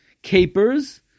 Capers